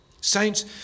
Saints